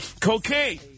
cocaine